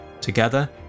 Together